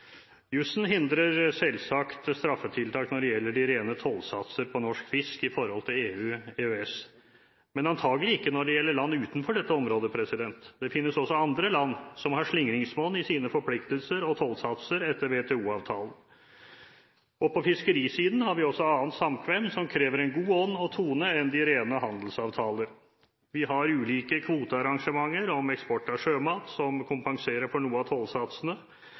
hindrer selvsagt straffetiltak når det gjelder de rene tollsatser på norsk fisk i forhold til EU og EØS, men antakelig ikke når det gjelder land utenfor dette området. Det finnes også andre land som har slingringsmonn i sine forpliktelser og tollsatser etter WTO-avtalen. På fiskerisiden har vi også annet samkvem som krever en god ånd og tone, enn de rene handelsavtaler. Vi har ulike kvotearrangementer for eksport av sjømat som kompenserer for noe av tollsatsene.